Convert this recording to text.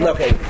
Okay